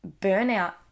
burnout